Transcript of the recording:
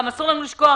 אסור לנו גם לשכוח